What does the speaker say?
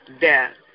death